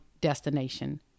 destination